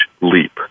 leap